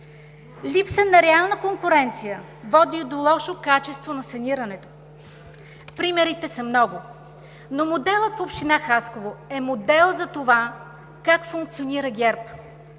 Липса на реална конкуренция води до лошо качество на санирането. Примерите са много. Но моделът в община Хасково е модел за това как функционира ГЕРБ